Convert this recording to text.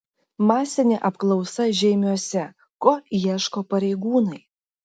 masinė apklausa žeimiuose ko ieško pareigūnai